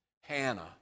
Hannah